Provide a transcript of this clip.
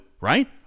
Right